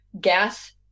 gas